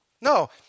No